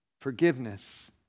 forgiveness